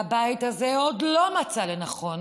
והבית הזה עוד לא מצא לנכון